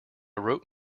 wrote